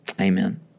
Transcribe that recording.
Amen